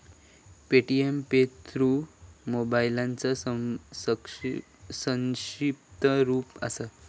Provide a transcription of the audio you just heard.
Paytm pay through मोबाईलचा संक्षिप्त रूप असा